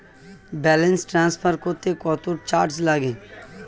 Balance transfer করতে কত charge লাগে?